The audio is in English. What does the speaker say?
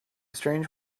strange